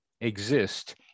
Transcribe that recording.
Exist